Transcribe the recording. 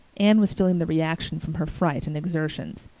anne was feeling the reaction from her fright and exertions.